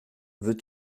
veux